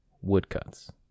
woodcuts